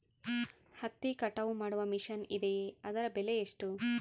ಹತ್ತಿ ಕಟಾವು ಮಾಡುವ ಮಿಷನ್ ಇದೆಯೇ ಅದರ ಬೆಲೆ ಎಷ್ಟು?